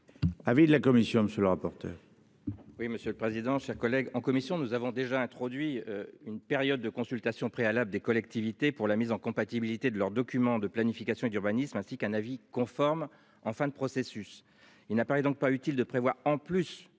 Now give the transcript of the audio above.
Avis de la commission. Monsieur le rapporteur.